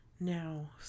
now